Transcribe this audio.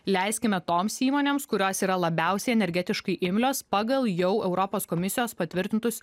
leiskime toms įmonėms kurios yra labiausiai energetiškai imlios pagal jau europos komisijos patvirtintus